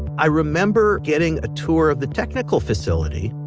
i remember getting a tour of the technical facility.